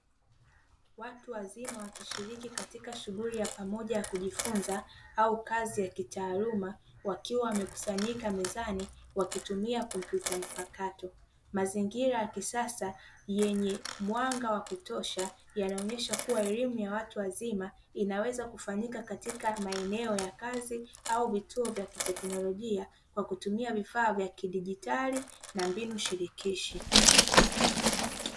Watu wazima wakishiriki katika shughuli ya pamoja ya kujifunza au kazi ya kitaaluma wakiwa wamekusanyika mezani wakitumia kompyuta mpakato. Mazingira ya kisasa yenye mwanga wa kutosha yanaonyesha kuwa elimu ya watu wazima inaweza kufanyika katika maeneo ya kazi au vituo vya kiteknolojia, kwa kutumia vifaa vya kidigitali na mbinu shirikishi.